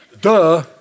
Duh